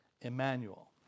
Emmanuel